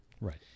Right